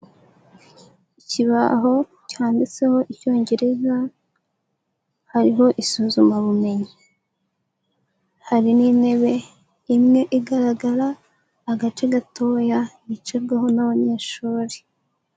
Ikibaho cyanditseho Icyongereza, hariho isuzumabumenyi. Hari n'intebe imwe igaragara, agace gatoya, yicarwaho n'abanyeshuri.